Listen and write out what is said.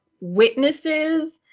witnesses